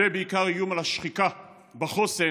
בהתנתקות ויתרנו על שליטה אזרחית וביטחונית ונוצרה מדינת חמאס.